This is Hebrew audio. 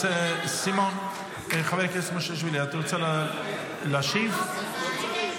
חבר הכנסת מושיאשוילי,